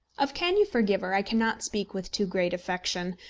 of can you forgive her? i cannot speak with too great affection,